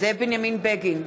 זאב בנימין בגין,